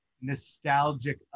nostalgic